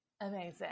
amazing